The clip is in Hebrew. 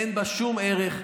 אין בה שום ערך.